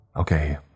Okay